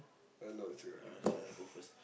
uh no it's alright you go first